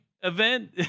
event